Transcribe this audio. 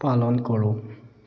পালন কৰোঁ